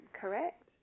correct